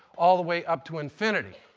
all the way up to infinity.